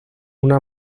una